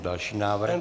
Další návrh.